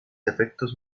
efectos